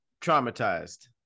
Traumatized